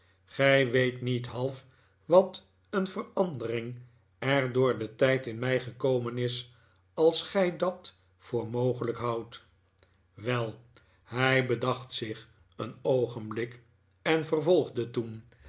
gij weet niet half wat een verandering er door den tijd in mij gekomen is als gij dat voor mogelijk houdt wel hij bedacht zich een oogenblik en vervolgde toen